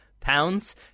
pounds